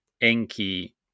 Enki